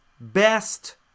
best